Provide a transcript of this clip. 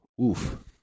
oof